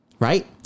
Right